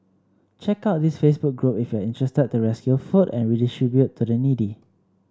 check out this Facebook group if you interested to rescue food and redistribute to the needy